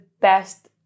best